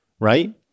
right